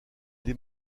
des